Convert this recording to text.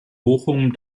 bochum